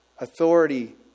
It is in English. Authority